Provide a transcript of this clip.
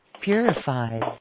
purified